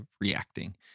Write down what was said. reacting